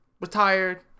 Retired